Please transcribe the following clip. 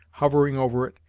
hovering over it,